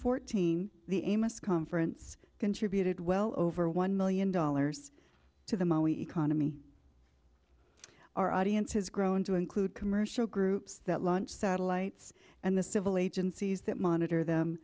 fourteen the amos conference contributed well over one million dollars to the mo economy our audience has grown to include commercial groups that launch satellites and the civil agencies that monitor them